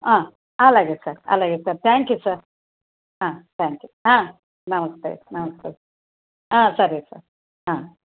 అలాగే సార్ అలాగే sir thank you sir thank you నమస్తే నమస్తే సరే సార్